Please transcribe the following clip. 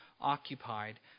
occupied